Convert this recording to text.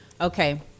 Okay